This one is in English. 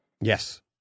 Yes